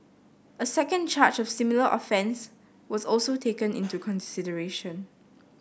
a second charge of similar offence was also taken into consideration